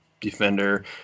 defender